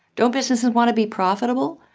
don't businesses want to be profitable?